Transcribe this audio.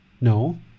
No